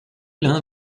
l’un